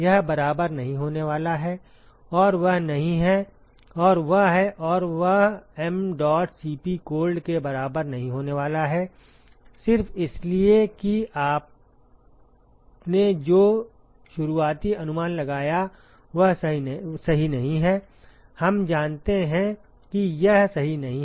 यह बराबर नहीं होने वाला है और वह नहीं है और वह है और वह mdot Cp कोल्ड के बराबर नहीं होने वाला है सिर्फ इसलिए कि आपने जो शुरुआती अनुमान लगाया वह सही नहीं है हम जानते हैं कि यह सही नहीं है